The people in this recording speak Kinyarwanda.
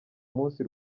munsi